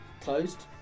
closed